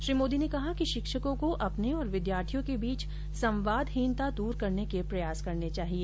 श्री मोदी ने कहा कि शिक्षकों को अपने और विद्यार्थियों के बीच संवादहीनता दूर करने के प्रयास करने चाहिए